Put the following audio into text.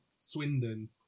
Swindon